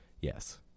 Yes